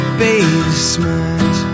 basement